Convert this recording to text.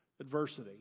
Adversity